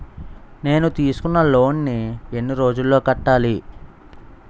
నేను తీసుకున్న లోన్ నీ ఎన్ని రోజుల్లో కట్టాలి?